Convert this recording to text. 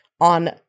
on